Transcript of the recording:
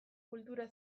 kultura